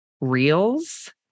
reels